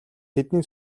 тэдний